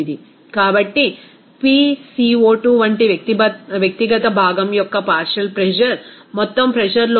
కాబట్టి PCO2 వంటి వ్యక్తిగత భాగం యొక్క పార్షియల్ ప్రెజర్ మొత్తం ప్రెజర్ లోకి 0